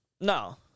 No